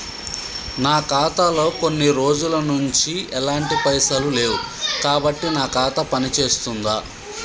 నా ఖాతా లో కొన్ని రోజుల నుంచి ఎలాంటి పైసలు లేవు కాబట్టి నా ఖాతా పని చేస్తుందా?